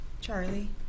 Charlie